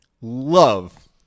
love